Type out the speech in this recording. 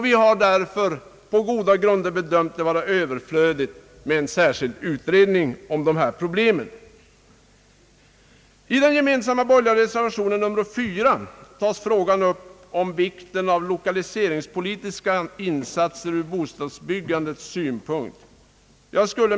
Vi har därför på goda grunder bedömt det vara överflödigt med en särskild utredning om dessa problem. Den gemensamma borgerliga reservationen nr 4 tar upp frågan om vikten av lokaliseringspolitiska insatser ur bostadsbyggandets synpunkt.